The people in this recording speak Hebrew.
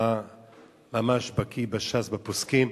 היה ממש בקי בש"ס, בפוסקים.